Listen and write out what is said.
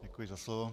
Děkuji za slovo.